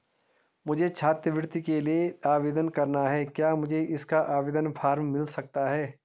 मुझे छात्रवृत्ति के लिए आवेदन करना है क्या मुझे इसका आवेदन फॉर्म मिल सकता है?